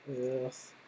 Yes